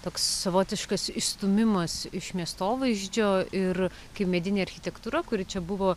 toks savotiškas išstūmimas iš miestovaizdžio ir kai medinė architektūra kuri čia buvo